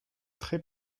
très